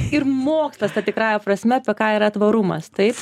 ir mokslas ta tikrąja prasme apie ką yra tvarumas taip